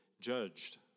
judged